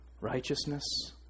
righteousness